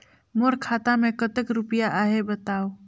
मोर खाता मे कतेक रुपिया आहे बताव?